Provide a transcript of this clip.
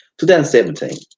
2017